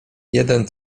jeden